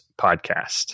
podcast